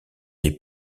les